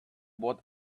what